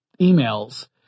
emails